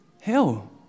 hell